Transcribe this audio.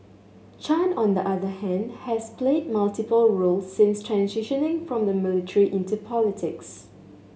Chan on the other hand has played multiple roles since transitioning from the military into politics